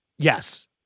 Yes